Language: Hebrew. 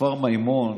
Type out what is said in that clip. כפר מימון,